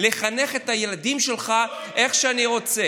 לא ילמדו.